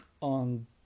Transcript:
on